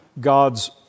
God's